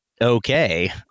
okay